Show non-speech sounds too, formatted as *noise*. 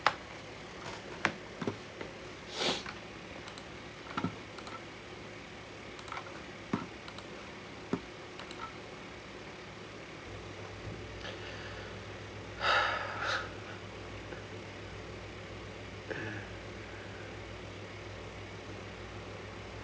*noise* *noise*